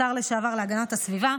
השר לשעבר להגנת הסביבה,